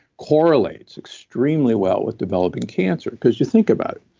correlates extremely well with developing cancer. because you think about